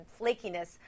flakiness